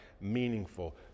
meaningful